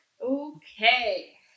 Okay